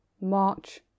march